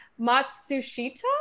Matsushita